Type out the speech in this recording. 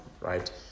right